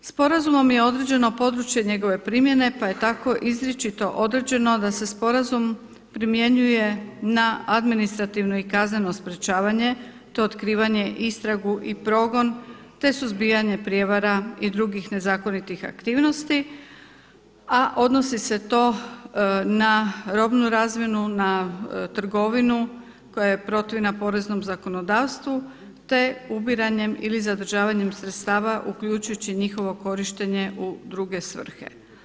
Sporazumom je određeno područje njegove primjene pa je tako izričito određeno da se sporazum primjenjuje na administrativno i kazneno sprečavanje, te otkrivanje, istragu i progon, te suzbijanje prijevara i drugih nezakonitih aktivnosti, a odnosi se to na robnu razmjenu, na trgovinu koja je protivna poreznom zakonodavstvu, te ubiranjem ili zadržavanjem sredstava uključujući i njihovo korištenje u druge svrhe.